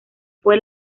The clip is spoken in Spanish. fue